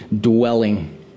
dwelling